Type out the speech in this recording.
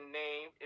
name